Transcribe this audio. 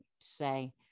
say